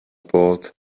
bod